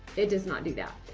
it does not do that.